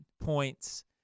points